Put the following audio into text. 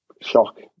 shock